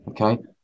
okay